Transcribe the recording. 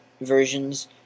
versions